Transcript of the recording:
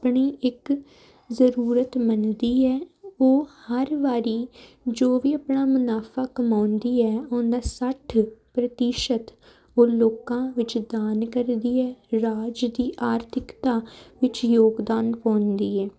ਆਪਣੀ ਇੱਕ ਜ਼ਰੂਰਤ ਮੰਨਦੀ ਹੈ ਉਹ ਹਰ ਵਾਰ ਜੋ ਵੀ ਆਪਣਾ ਮੁਨਾਫ਼ਾ ਕਮਾਉਂਦੀ ਹੈ ਉਸਦਾ ਸੱਠ ਪ੍ਰਤੀਸ਼ਤ ਉਹ ਲੋਕਾਂ ਵਿੱਚ ਦਾਨ ਕਰਦੀ ਹੈ ਰਾਜ ਦੀ ਆਰਥਿਕਤਾ ਵਿੱਚ ਯੋਗਦਾਨ ਪਾਉਂਦੀ ਹੈ